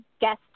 guest